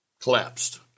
collapsed